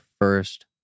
first